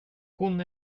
hon